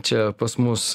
čia pas mus